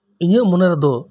ᱤᱧᱟᱹᱜ ᱢᱚᱱᱮᱨᱮᱫᱚ